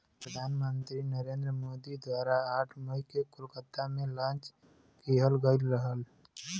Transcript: प्रधान मंत्री नरेंद्र मोदी द्वारा आठ मई के कोलकाता में लॉन्च किहल गयल रहल